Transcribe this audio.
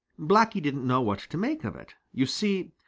blacky didn't know what to make of it. you see,